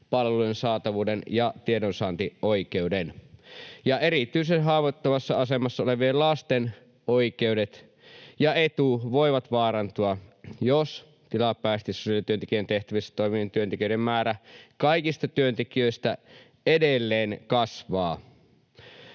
palvelujen saatavuuden ja tiedonsaantioikeuden. Ja erityisen haavoittuvassa asemassa olevien lasten oikeudet ja etu voivat vaarantua, jos tilapäisesti sosiaalityöntekijän tehtävissä toimivien työntekijöiden osuus kaikista työntekijöistä edelleen kasvaa.